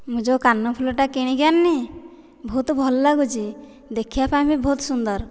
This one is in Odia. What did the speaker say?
ମୁଁ ଯେଉଁ କାନଫୁଲଟା କିଣିକି ଆଣିନି ବହୁତ ଭଲ ଲାଗୁଛି ଦେଖିବା ପାଇଁ ବି ବହୁତ ସୁନ୍ଦର